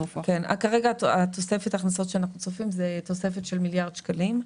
כרגע תוספת ההכנסות שאנחנו צופים היא תוספת של מיליארד שקלים.